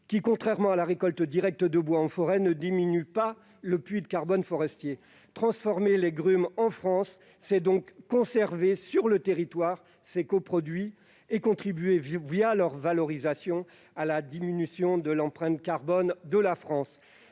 qui, contrairement à la récolte directe de bois en forêt, ne diminue pas le puits de carbone forestier. Transformer les grumes en France, c'est donc conserver ces coproduits sur le territoire et contribuer, leur valorisation, à diminuer l'empreinte carbone de la France.